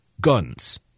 Guns